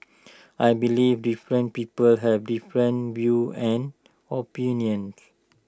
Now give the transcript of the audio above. I believe different people have different views and opinions